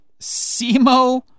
SEMO